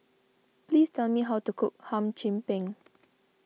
please tell me how to cook Hum Chim Peng